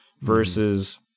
versus